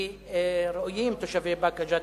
כי ראויים תושבי באקה ג'ת,